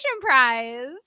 prize